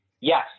Yes